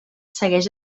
segueix